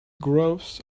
growth